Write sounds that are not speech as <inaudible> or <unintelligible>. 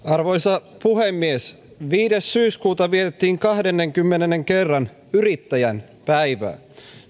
<unintelligible> arvoisa puhemies viides syyskuuta vietettiin kahdennenkymmenennen kerran yrittäjän päivää